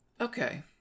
Okay